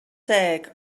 deg